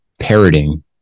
parroting